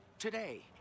Today